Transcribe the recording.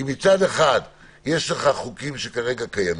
כי מצד אחד יש לך חוקים שכרגע קיימים,